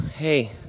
Hey